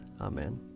Amen